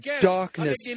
darkness